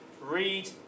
read